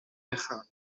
dechrau